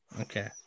Okay